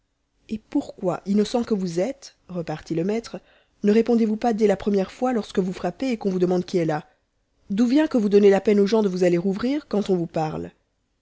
et pourquoi innocent que vous êtes repartit le maître ne répondez-vous pas dès la première fois lorsque vous frappez et qu'on vous demande qui est là d'où vient que vous donnez la peine aux gens de vous aller ouvrir quand on vous parle